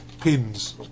pins